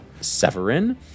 Severin